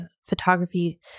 Photography